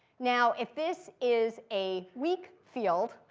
now, if this is a weak field,